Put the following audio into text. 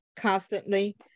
constantly